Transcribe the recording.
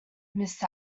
miss